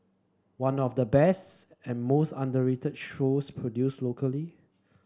one of the best and most underrated shows produced locally